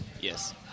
Yes